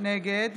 נגד